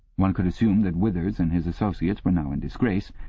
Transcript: one could assume that withers and his associates were now in disgrace,